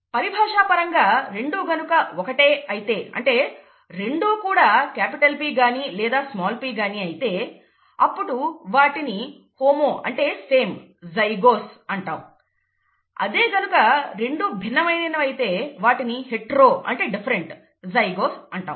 పరిభాష పరంగా రెండు గనుక ఒకటే అయితే అంటే రెండూ కూడా క్యాపిటల్ P గాని లేదా స్మాల్ p గాని అయితే అప్పుడు వాటిని హోమో అంటే సేమ్ homo same జైగోస్ అంటాము అదే గనుక రెండు భిన్నమైన వైతే వాటిని హెట్రో అంటే డిఫరెంట్ hetero different జైగోస్ అంటాము